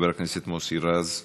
חבר הכנסת מוסי רז,